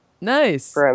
Nice